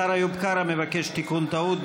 השר איוב קרא מבקש תיקון טעות.